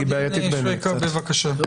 עו"ד שויקה, בבקשה.